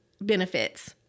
benefits